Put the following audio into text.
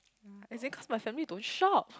as in because my family don't shop